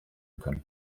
können